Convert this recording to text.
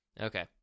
Okay